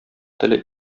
теле